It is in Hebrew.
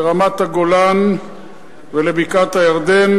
לרמת-הגולן ולבקעת-הירדן,